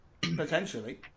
Potentially